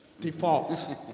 Default